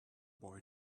boy